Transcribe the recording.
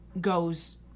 goes